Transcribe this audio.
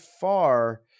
far